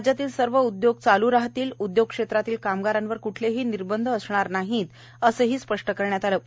राज्यातील सर्व उद्योग चालू राहणार उद्योग क्षेत्रातील कामगारांवर क्ठलेही निर्बंध असणार नाहीत असेही स्पष्ट करण्यात आले आहे